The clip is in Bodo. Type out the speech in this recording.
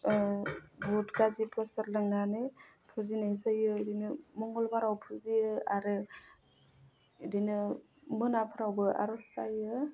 ओह बुध गाजि प्रसाद लोंनानै फुजिनाय जायो बिदिनो मंगलबाराव फुजियो आरो इदिनो मोनाफ्रावबो आर'ज जायो